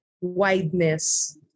wideness